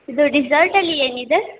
ಇದು ಡಿಝಾರ್ಟ್ ಅಲ್ಲಿ ಏನಿದೆ